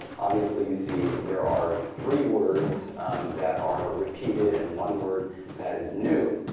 obviously you see there are three words that are repeated and one word that is new.